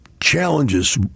challenges